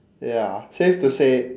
ya safe to say